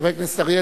חבר הכנסת אריאל,